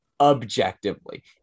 Objectively